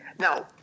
Now